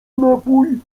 napój